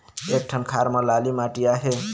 एक ठन खार म लाली माटी आहे?